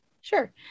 Sure